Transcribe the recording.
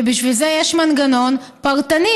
ובשביל זה יש מנגנון פרטני.